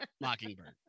mockingbird